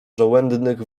żołędnych